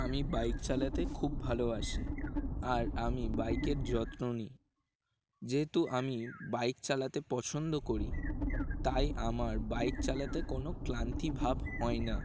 আমি বাইক চালাতে খুব ভালোবাসি আর আমি বাইকের যত্ন নিই যেহেতু আমি বাইক চালাতে পছন্দ করি তাই আমার বাইক চালাতে কোনো ক্লান্তি ভাব হয় না